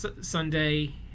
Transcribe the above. Sunday